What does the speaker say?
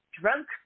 Drunk